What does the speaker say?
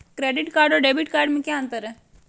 Credit card और debit card में क्या अंतर है?